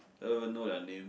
don't even know their names